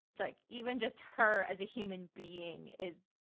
like, even just her as a human being is,